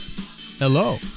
hello